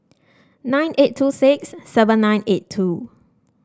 nine eight two six seven nine eight two